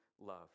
love